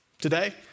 today